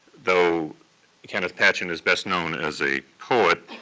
though kenneth patchen is best known as a poet,